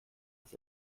das